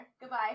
Goodbye